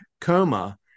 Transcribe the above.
coma